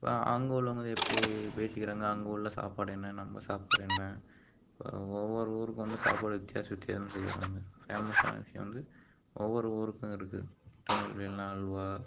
இப்போ அங்குள்ளவங்க வந்து எப்படி பேசிக்கிறாங்க அங்கே உள்ள சாப்பாடு என்ன நம்ம சாப்பாடு என்ன இப்போ ஒவ்வொரு ஊருக்கும் வந்து சாப்பாடு வித்தியாசம் வித்யாசமாக செய்கிறாங்க ஃபேமஸான விஷயம் வந்து ஒவ்வொரு ஊருக்கும் இருக்கு திருநெல்வேலினா அல்வா